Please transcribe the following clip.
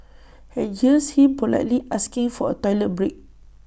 and here's him politely asking for A toilet break